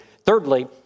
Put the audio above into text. Thirdly